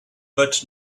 but